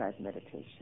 meditation